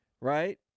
right